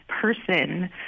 person